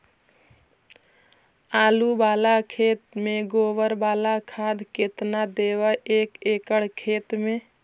आलु बाला खेत मे गोबर बाला खाद केतना देबै एक एकड़ खेत में?